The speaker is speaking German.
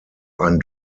ein